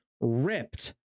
ripped